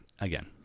Again